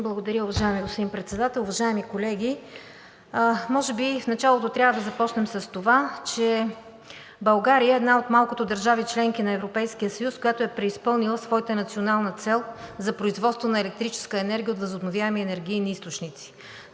Благодаря, уважаеми господин Председател. Уважаеми колеги! Може би в началото трябва да започнем с това, че България е една от малкото държави – членки на Европейския съюз, която е преизпълнила своята национална цел за производство на електрическа енергия от възобновяеми енергийни източници.